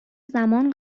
زمان